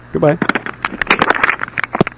Goodbye